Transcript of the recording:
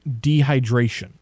dehydration